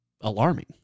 alarming